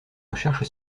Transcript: recherche